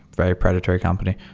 very predatory company.